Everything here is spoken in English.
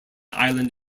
island